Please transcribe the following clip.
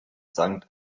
sankt